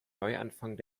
neuanfang